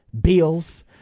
Bills